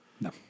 No